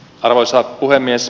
arvoisa puhemies